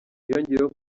yongeyeho